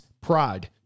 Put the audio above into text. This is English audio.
pride